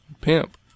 Pimp